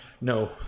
no